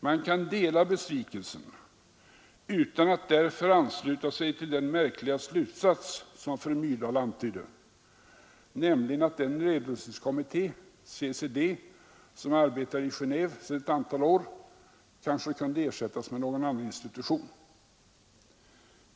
Man kan dela besvikelsen utan att därför ansluta sig till den märkliga slutsats som fru Myrdal antydde, nämligen att den nedrustningskommitté, CCD, som sedan ett antal år arbetar i Genéve kanske kunde ersättas med någon annan institution.